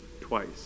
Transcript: twice